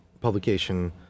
publication